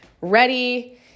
ready